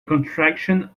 contraction